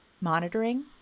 monitoring